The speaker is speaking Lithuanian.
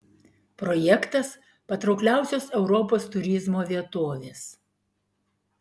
projektas patraukliausios europos turizmo vietovės